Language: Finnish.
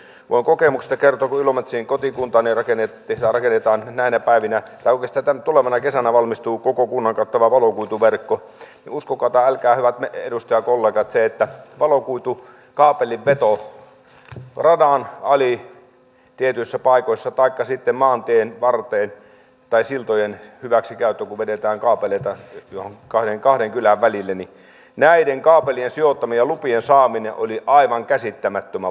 voin kokemuksesta kertoa että kun ilomantsiin kotikuntaani rakennetaan näinä päivinä tai oikeastaan tulevana kesänä valmistuu koko kunnan kattava valokuituverkko niin uskokaa tai älkää hyvät edustajakollegat se että valokuitukaapelin veto radan ali tietyissä paikoissa taikka sitten maantien varteen tai siltojen hyväksikäyttö kun vedetään kaapeleita kahden kylän välille näiden kaapelien sijoittaminen ja lupien saaminen oli aivan käsittämättömän vaikeaa